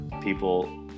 people